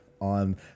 on